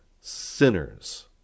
sinners